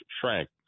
shrank